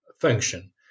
function